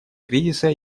кризиса